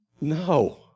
No